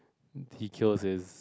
he kills his